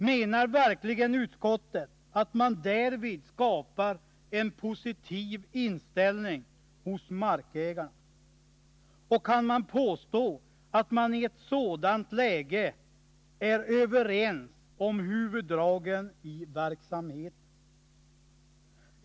Menar verkligen utskottet att man därvid skapar en positiv inställning hos markägarna? Och kan man påstå att man i ett sådant läge är överens om huvuddragen i verksamheten?